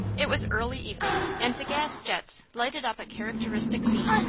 it was early evening, and the gas jets lighted up a characteristic scene.